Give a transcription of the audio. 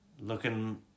looking